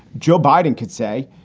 joe biden could say,